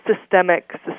systemic